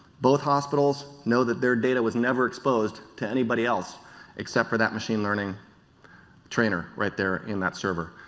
both hospitals know that their data was never exposed to anybody else except for that machine learning trainer right there in that server.